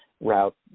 route